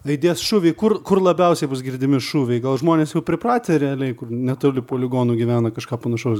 aidės šūviai kur kur labiausiai bus girdimi šūviai gal žmonės jau pripratę realiai kur netoli poligonų gyvena kažką panašaus